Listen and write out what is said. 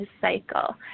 cycle